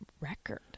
record